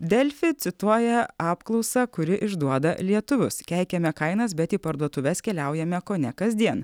delfi cituoja apklausą kuri išduoda lietuvius keikiame kainas bet į parduotuves keliaujame kone kasdien